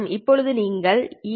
இப்போது நீங்கள் eαNLa